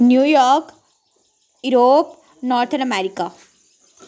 New York Europe northern America